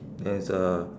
there is a